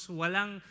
walang